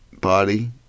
body